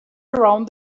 around